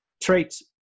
traits